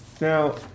Now